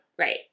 Right